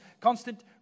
constant